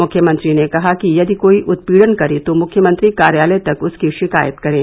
मुख्यमंत्री ने कहा कि यदि कोई उत्पीड़न करे तो मुख्यमंत्री कार्यालय तक उसकी शिकायत करे